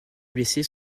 blessés